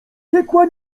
piekła